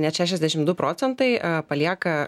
net šešiasdešimt du procentai palieka